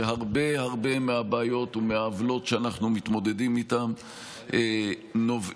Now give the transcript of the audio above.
שהרבה הרבה מהבעיות ומהעוולות שאנחנו מתמודדים איתן נובעות,